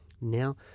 now